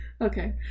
Okay